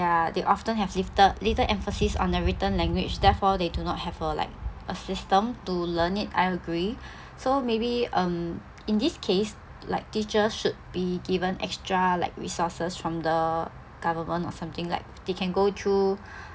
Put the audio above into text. ya they often have lifte~ little emphasis on the written language therefore they do not have a like a system to learn it I agree so maybe um in this case like teachers should be given extra like resources from the government or something like they can go through